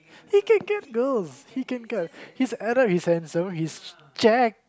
he can get girls he can get he's adept he's handsome he's jacked